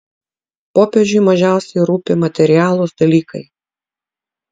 popiežiui mažiausiai rūpi materialūs dalykai